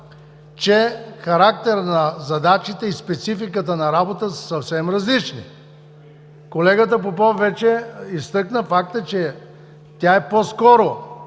че характерът на задачите и спецификата на работа са съвсем различни. Колегата Попов вече изтъкна факта, че тя е по-скоро